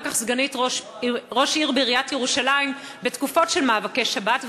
כך סגנית ראש עיריית ירושלים בתקופות של מאבקי שבת,